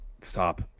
stop